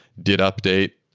did update,